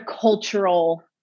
cultural